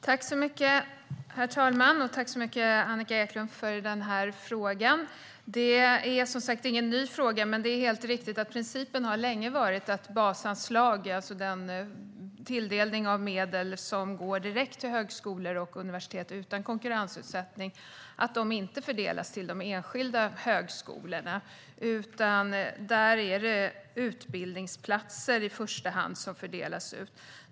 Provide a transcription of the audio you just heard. Herr talman! Tack för frågan, Annika Eclund! Det är som sagt ingen ny fråga, men det är helt riktigt att principen länge har varit att basanslag, alltså den tilldelning av medel som går direkt till högskolor och universitet utan konkurrensutsättning, inte fördelas till de enskilda högskolorna. Där är det utbildningsplatser i första hand som fördelas ut.